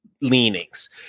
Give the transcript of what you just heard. leanings